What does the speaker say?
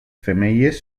femelles